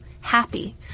happy